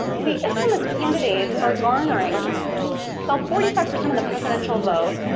ah the islamists candidates are garnering about forty five percent of the presidential vote.